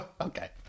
Okay